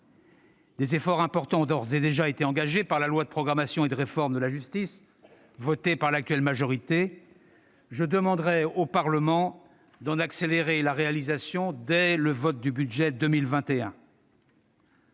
Des efforts importants ont d'ores et déjà été engagés par la loi de programmation 2018-2022 et de réforme pour la justice votée par l'actuelle majorité. Je demanderai au Parlement d'en accélérer la réalisation dès le vote du budget pour